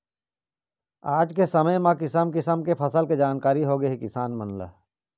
आज के समे म किसम किसम के फसल के जानकारी होगे हे किसान मन ल